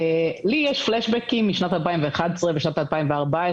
לי יש פלשבקים משנת 2011 ושנת 2014,